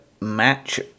match